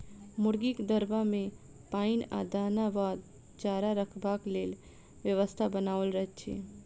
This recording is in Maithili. मुर्गीक दरबा मे पाइन आ दाना वा चारा रखबाक लेल व्यवस्था बनाओल रहैत छै